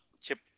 Chip